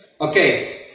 Okay